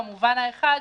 במובן האחד,